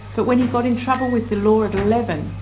but when he got in trouble with the law at eleven,